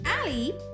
Ali